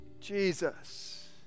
Jesus